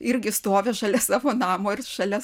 irgi stovi šalia savo namo ir šalia